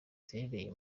ziherereye